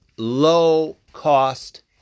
low-cost